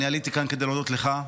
עליתי כאן כדי להודות לך.